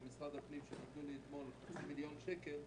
ב-2019 נקבל ארבעה וחצי מיליון שקל.